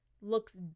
looks